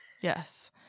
yes